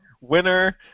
Winner